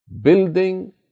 Building